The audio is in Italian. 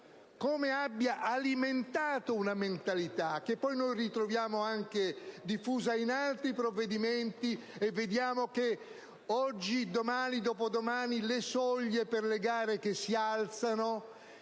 e per aver alimentato una mentalità che noi ritroviamo diffusa in altri provvedimenti; inoltre vediamo che oggi, domani, dopodomani le soglie per le gare si alzano,